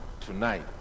tonight